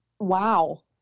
Wow